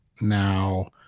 now